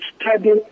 study